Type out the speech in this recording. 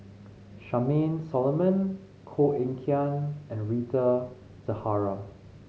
Charmaine Solomon Koh Eng Kian and Rita Zahara